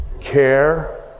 care